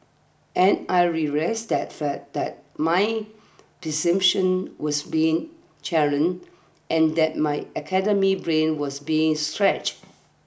and I relished that fact that my presumptions was being challenge and that my academy brain was being stretched